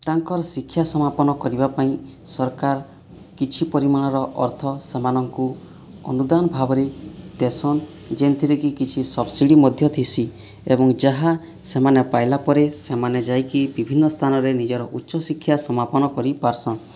ତାଙ୍କର ଶିକ୍ଷା ସମାପନ କରିବା ପାଇଁ ସରକାର କିଛି ପରିମାଣର ଅର୍ଥ ସେମାନଙ୍କୁ ଅନୁଦାନ ଭାବରେ ଦେସନ୍ ଯେନ୍ ଥିରେକି କିଛି ସବସିଡ଼ି ମଧ୍ୟ ଥିସି ଏବଂ ଯାହା ସେମାନେ ପାଇଲା ପରେ ସେମାନେ ଯାଇକି ବିଭିନ୍ନ ସ୍ଥାନରେ ନିଜର ଉଚ୍ଚ ଶିକ୍ଷା ସମାପନ କରି ପାରସନ୍